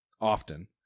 often